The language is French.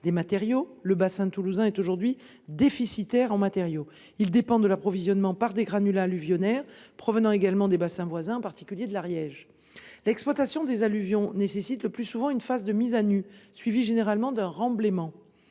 des matériaux, le bassin toulousain est à l’heure actuelle déficitaire en matériaux. Il est dépendant de l’approvisionnement par des granulats alluvionnaires provenant des bassins voisins, en particulier de l’Ariège. L’exploitation des alluvions nécessite le plus souvent une phase de mise à nu, suivie généralement d’un remblaiement.